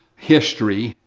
history,